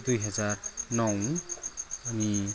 दुई हजार नौ अनि